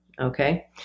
okay